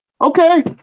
okay